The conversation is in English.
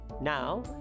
now